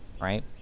Right